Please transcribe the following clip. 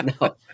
No